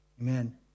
Amen